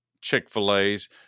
Chick-fil-A's